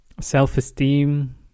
self-esteem